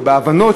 או בהבנות,